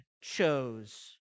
chose